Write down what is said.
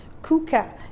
Kuka